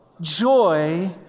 Joy